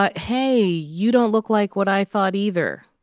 but hey, you don't look like what i thought either